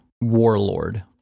warlord